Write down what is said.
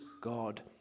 God